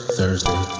Thursday